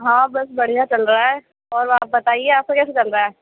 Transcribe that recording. ہاں بس بڑھیا چل رہا ہے اور آپ بتائیے آپ کا کیسے چل رہا ہے